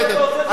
בסדר,